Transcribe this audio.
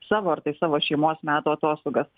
savo ar tai savo šeimos metų atostogas